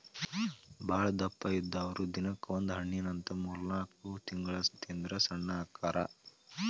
ಬಾಳದಪ್ಪ ಇದ್ದಾವ್ರು ದಿನಕ್ಕ ಒಂದ ಹಣ್ಣಿನಂತ ಮೂರ್ನಾಲ್ಕ ತಿಂಗಳ ತಿಂದ್ರ ಸಣ್ಣ ಅಕ್ಕಾರ